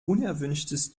unerwünschtes